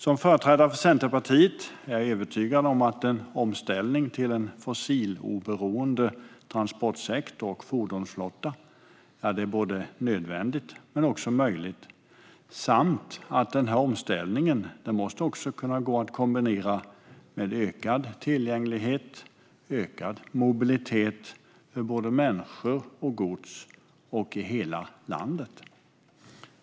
Som företrädare för Centerpartiet är jag övertygad om att en omställning till en fossiloberoende transportsektor och fordonsflotta är både nödvändig och möjlig. Denna omställning måste också kunna kombineras med ökad tillgänglighet och ökad mobilitet för både människor och gods i hela landet.